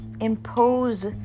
impose